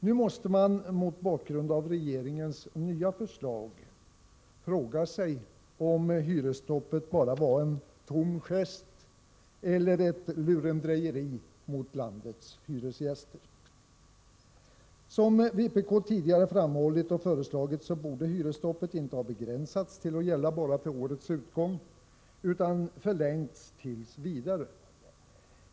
Nu måste man mot bakgrund av regeringens nya förslag fråga sig om hyresstoppet bara var en tom gest eller ett lurendrejeri mot landets hyresgäster. Som vpk tidigare föreslagit, borde hyresstoppet inte ha begränsats till att gälla bara till årets utgång utan förlängts t.v.